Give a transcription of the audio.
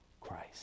Christ